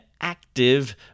active